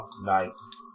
nice